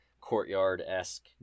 courtyard-esque